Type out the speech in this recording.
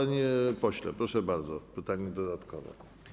Panie pośle, proszę bardzo, pytanie dodatkowe.